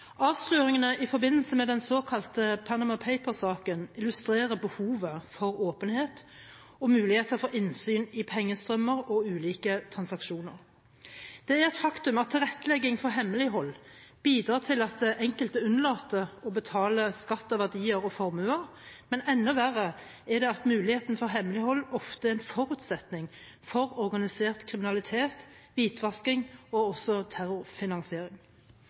Avsløringene i forbindelse med den såkalte Panama Papers-saken illustrerer behovet for åpenhet og muligheter for innsyn i pengestrømmer og ulike transaksjoner. Det er et faktum at tilrettelegging for hemmelighold bidrar til at enkelte unnlater å betale skatt av verdier og formuer, men enda verre er det at muligheten for hemmelighold ofte er en forutsetning for organisert kriminalitet, hvitvasking og også terrorfinansiering.